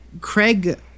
Craig